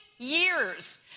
years